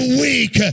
weak